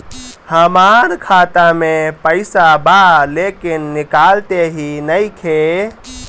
हमार खाता मे पईसा बा लेकिन निकालते ही नईखे?